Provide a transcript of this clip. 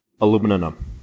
aluminum